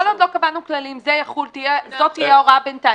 כל עוד לא קבענו כללים, זאת תהיה ההוראה בינתיים.